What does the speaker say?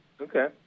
Okay